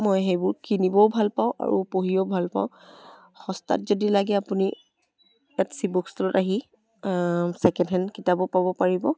মই সেইবোৰ কিনিবও ভাল পাওঁ আৰু পঢ়িও ভাল পাওঁ সস্তাত যদি লাগে আপুনি তাত শিৱ বুক ষ্টলত আহি ছেকেণ্ড হেণ্ড কিতাপো পাব পাৰিব